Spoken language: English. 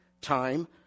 Time